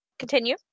Continue